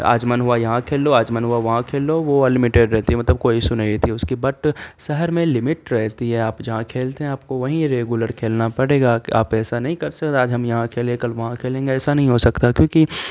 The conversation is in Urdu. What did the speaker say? آج من ہوا یہاں کھیل لو آج من ہوا وہاں کھیل لو وہ وہاں لیمٹیڈ رہتی ہے مطلب کوئی ایسو نہیں رہتی اس کی بٹ شہر میں لمٹ رہتی ہے آپ جہاں کھیلتے ہیں آپ کو وہیں ریگولر کھیلنا پڑے گا کہ آپ ایسا نہیں کر سکتے آج ہم یہاں کھیلے کل وہاں کھیلیں گے ایسا نہیں ہو سکتا کیونکہ